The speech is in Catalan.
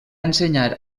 ensenyar